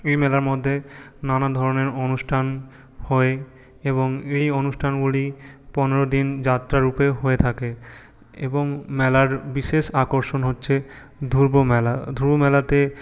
এই মেলার মধ্যে নানান ধরনের অনুষ্ঠান হয় এবং এই অনুষ্ঠানগুলি পনেরো দিন যাত্রারূপে হয়ে থাকে এবং মেলার বিশেষ আকর্ষণ হচ্ছে ধ্রুব মেলা ধ্রুব মেলাতে